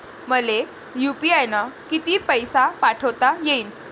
मले यू.पी.आय न किती पैसा पाठवता येईन?